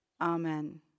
Amen